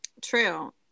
true